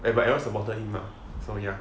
and what you all supported him song ya